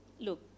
look